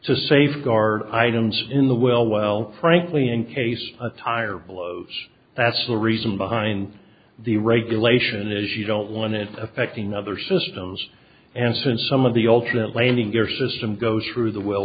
to safeguard items in the well well frankly in case a tire blows that's the reason behind the regulation is you don't want it affecting other systems and since some of the alternate landing gear system goes through the well